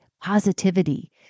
positivity